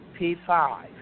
P5